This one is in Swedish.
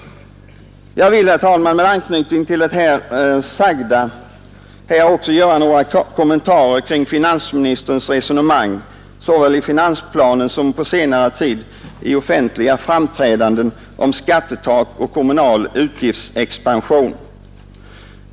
Jag vill, herr talman, med anknytning till det sagda här göra några kommentarer kring finansministerns resonemang, såväl i finansplanen som på senare tid i offentliga framträdanden, om skattetak och kommunal utgiftsexpansion.